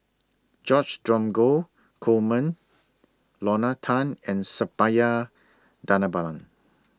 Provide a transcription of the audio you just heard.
George Dromgold Coleman Lorna Tan and Suppiah Dhanabalan